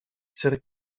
cyrk